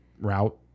route